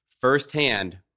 firsthand